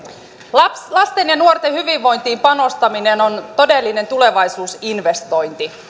lasten lasten ja nuorten hyvinvointiin panostaminen on todellinen tulevaisuusinvestointi